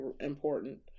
important